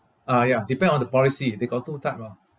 ah ya depend on the policy they got two type lor